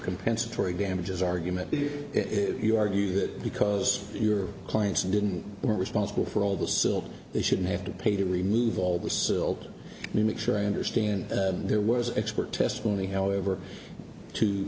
compensatory damages argument if you argue that because your clients and didn't you are responsible for all the silt they shouldn't have to pay to remove all the silt to make sure i understand there was expert testimony however to